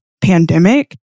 pandemic